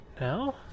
now